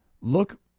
Look